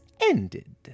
ended